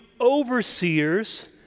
overseers